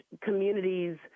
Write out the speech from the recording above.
communities